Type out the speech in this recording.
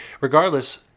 regardless